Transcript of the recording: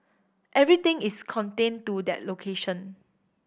everything is contained to that location